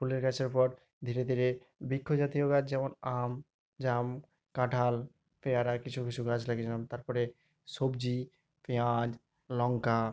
ফুলের গাছের পর ধীরে ধীরে বৃক্ষ জাতীয় গাছ যেমন আম জাম কাঁঠাল পেয়ারা কিছু কিছু গাছ লাগিয়েছিলাম তারপরে সবজি পেঁয়াজ লঙ্কা তারপর